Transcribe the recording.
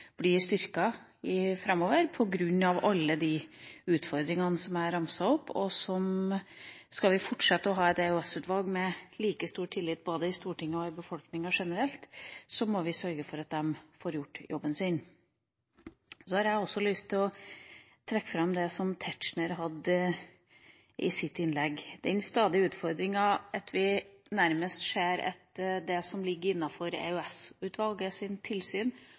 framover på grunn av alle de utfordringene jeg har ramset opp. Skal vi fortsette å ha et EOS-utvalg med like stor tillit i både Stortinget og befolkninga generelt, må vi sørge for at de får gjort jobben sin. Jeg har også lyst å trekke fram det som Tetzschner nevnte i sitt innlegg, nemlig den stadige utfordringa med at vi ser at det som ligger